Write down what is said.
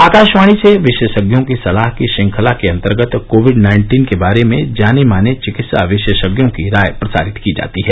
आकाशवाणी से विशेषज्ञों की सलाह की श्रंखला के अंतर्गत कोविड नाइन्टीन के बारे में जाने माने चिकित्सा विशेषज्ञों की राय प्रसारित की जाती है